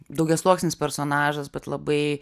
daugiasluoksnis personažas bet labai